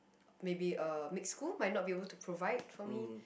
maybe um mixed school might not be able to provide for me